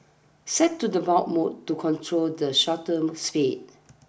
set to the bulb mode to control the shutter spade